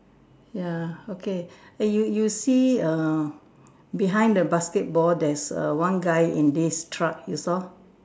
ya okay and you you you see err behind the basketball there's a one guy in this truck you saw